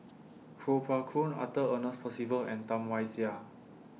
Kuo Pao Kun Arthur Ernest Percival and Tam Wai Jia